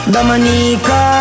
Dominica